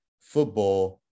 football